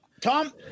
Tom